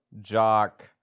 jock